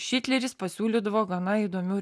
šitleris pasiūlydavo gana įdomių